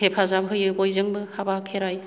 हेफाजाब होयो बयजोंबो हाबा खेराइ